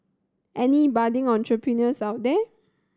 any budding entrepreneurs out there